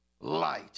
light